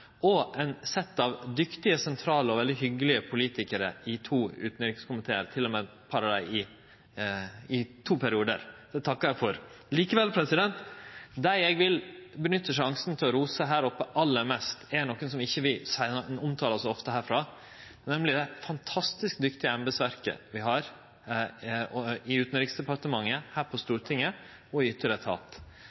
og eit sett av dyktige, sentrale og veldig hyggelege politikarar i to utanrikskomitear, eit par av dei til og med i to periodar. Det takkar eg for. Likevel: Dei eg aller mest vil bruke sjansen til å rose her oppe frå, er nokon som vi ikkje omtalar så ofte herfrå, nemleg det fantastisk dyktige embetsverket vi har i Utanriksdepartementet, her på Stortinget og i ytre etat.